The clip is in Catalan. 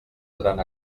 seran